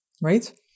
right